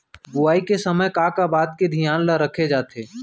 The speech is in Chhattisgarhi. बुआई के समय का का बात के धियान ल रखे जाथे?